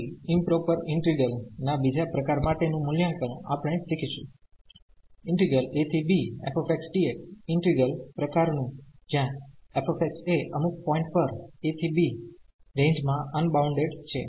તેથી ઈમપ્રોપર ઈન્ટિગ્રલના બીજા પ્રકાર માટે નું મૂલ્યાંકન આપણે શીખીશું abfxdx ઈન્ટિગ્રલ પ્રકાર નું જ્યાં f એ અમુક પોઈન્ટ પર a ¿ b રેન્જ માં અનબાઉન્ડેડ છે